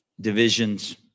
Divisions